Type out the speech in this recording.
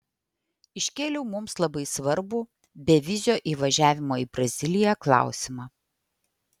iškėliau mums labai svarbų bevizio įvažiavimo į braziliją klausimą